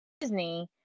Disney